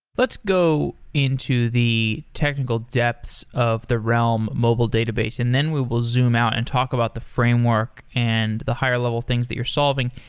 let's go into the technical depths of the realm mobile database, and then we will zoom out and talk about the framework and the higher level things that you're solving.